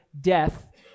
death